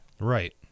Right